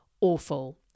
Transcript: awful